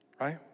right